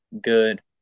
good